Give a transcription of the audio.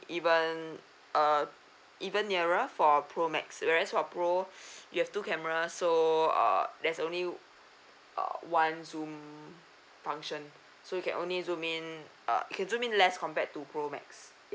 even err even nearer for a pro max whereas for pro you've two camera so err there's only uh one zoom function so you can only zoom in uh you can zoom in less compared to pro max